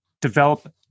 develop